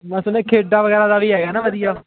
ਮੈਂ ਸੁਣਿਆ ਖੇਡਾਂ ਵਗੈਰਾ ਦਾ ਵੀ ਹੈਗਾ ਵਧੀਆ